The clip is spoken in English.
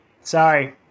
Sorry